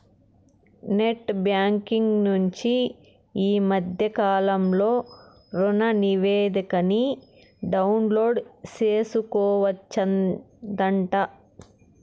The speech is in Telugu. నెట్ బ్యాంకింగ్ నుంచి ఈ మద్దె కాలంలో రుణనివేదికని డౌన్లోడు సేసుకోవచ్చంట